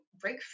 break